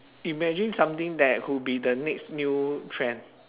imagine something that would be the next new trend